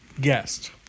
Guest